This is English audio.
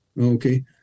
okay